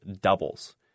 doubles